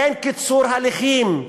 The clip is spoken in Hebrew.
אין קיצור הליכים,